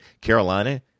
Carolina